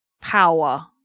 power